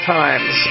times